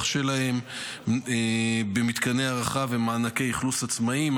שלהם במתקני הארחה ומענקי אכלוס עצמאיים,